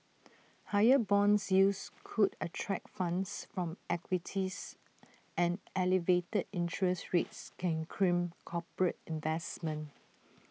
higher Bond yields could attract funds from equities and elevated interest rates can crimp corporate investment